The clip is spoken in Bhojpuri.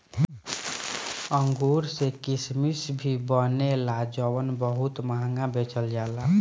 अंगूर से किसमिश भी बनेला जवन बहुत महंगा बेचल जाला